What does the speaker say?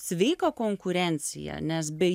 sveiką konkurenciją nes be